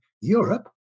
Europe